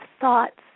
thoughts